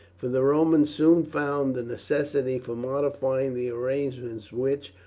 for the romans soon found the necessity for modifying the arrangements which,